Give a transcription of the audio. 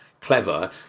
clever